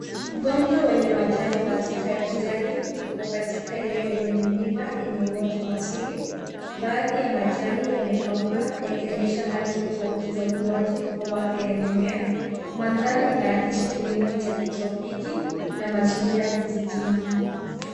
Mgomba wenye majani mazito ya kijani uko katika eneo lenye milima yenye uoto wa asili. Baadhi ya majani yamekauka yakionyesha hali tofauti za ukuaji au afya ya mimea. Mandhari inaakisi kilimo cha kitropiki na mazingira ya kijijini.